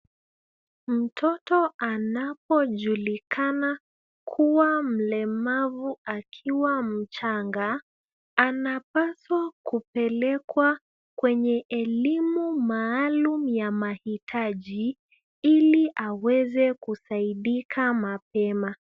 Mtoto anapojulikana kuwa mlemavu akiwa mchanga, anapaswa kupelekwa kwenye elimu maalum ya mahitaji ili aweze kusaidika mapema.